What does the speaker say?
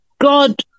God